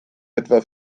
etwa